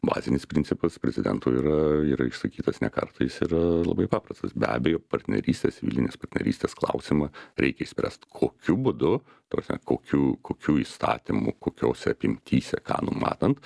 bazinis principas prezidento yra yra išsakytas ne kartą jis yra labai paprastas be abejo partnerystės civilinės partnerystės klausimą reikia išspręst kokiu būdu ta prasme kokiu kokiu įstatymu kokiose apimtyse ką numatant